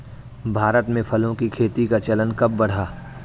भारत में फलों की खेती का चलन कब बढ़ा?